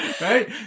right